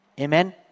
Amen